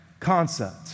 Concept